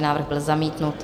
Návrh byl zamítnut.